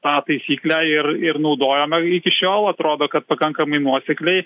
tą taisyklę ir ir naudojome iki šiol atrodo kad pakankamai nuosekliai